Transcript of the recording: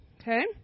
okay